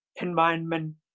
environment